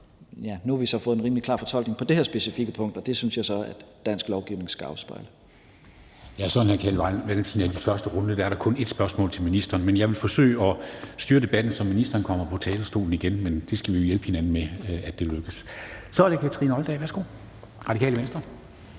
nu har vi så fået en rimelig klar fortolkning med hensyn til det her specifikke punkt, og det synes jeg så at dansk lovgivning skal afspejle. Kl. 13:17 Formanden (Henrik Dam Kristensen): Der er sådan, hr. Carl Valentin, at i første runde er der kun ét spørgsmål til ministeren. Jeg vil forsøge at styre debatten, så ministeren kommer på talerstolen igen, men det skal vi jo hjælpe hinanden med lykkes. Så er det Kathrine Olldag, Radikale Venstre.